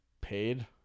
paid